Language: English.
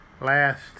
last